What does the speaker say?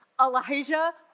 Elijah